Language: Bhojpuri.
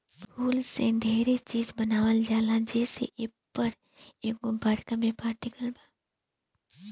फूल से डेरे चिज बनावल जाला जे से एपर एगो बरका व्यापार टिकल बा